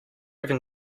even